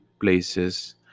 places